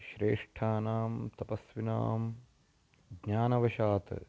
श्रेष्ठानां तपस्विनां ज्ञानवशात्